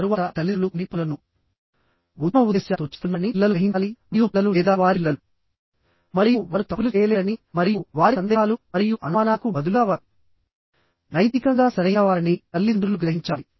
ఉత్తమ ఉద్దేశ్యాలతో చేస్తున్నారని పిల్లలు గ్రహించాలి మరియు పిల్లలు లేదా వారి పిల్లలు మరియు వారు తప్పులు చేయలేరని మరియు వారి సందేహాలు మరియు అనుమానాలకు బదులుగా వారు నైతికంగా సరైనవారని తల్లిదండ్రులు గ్రహించాలి